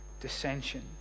dissension